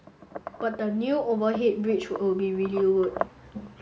but the new overhead bridge will be really good